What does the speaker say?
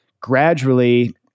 gradually